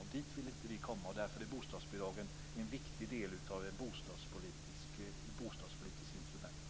Dit vill inte vi komma, och därför är bostadsbidragen ett viktigt bostadspolitiskt instrument.